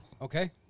Okay